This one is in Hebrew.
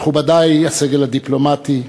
מכובדי הסגל הדיפלומטי,